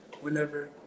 whenever